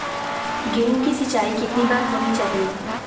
गेहु की सिंचाई कितनी बार होनी चाहिए?